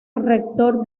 rector